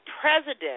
President